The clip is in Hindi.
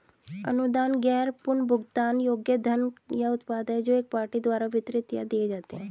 अनुदान गैर पुनर्भुगतान योग्य धन या उत्पाद हैं जो एक पार्टी द्वारा वितरित या दिए जाते हैं